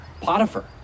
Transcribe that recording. Potiphar